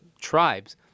tribes